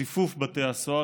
ציפוף בתי הסוהר,